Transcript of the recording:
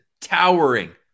towering